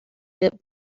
bit